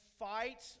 fight